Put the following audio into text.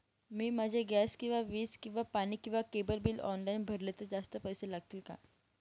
मी माझे गॅस किंवा वीज किंवा पाणी किंवा केबल बिल ऑनलाईन भरले तर जास्त पैसे लागतील का?